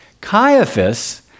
Caiaphas